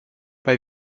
bei